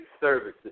services